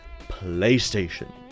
PlayStation